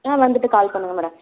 ஆ வந்துட்டு கால் பண்ணுங்க மேடம்